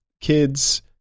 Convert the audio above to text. kids